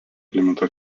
klimato